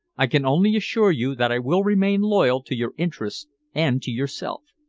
i can only assure you that i will remain loyal to your interests and to yourself.